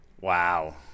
Wow